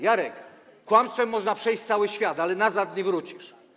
Jarek, kłamstwem można przejść cały świat, ale nazad nie wrócisz.